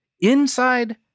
inside